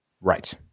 Right